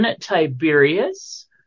Tiberius